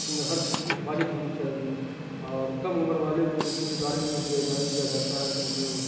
اس میں ہر چیز کی حفاظت ہونی چاہیے اور کم عمر والے کو اس لیے گاڑی نہیں دیا دیا جاتا ہے کہ جو